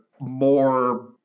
more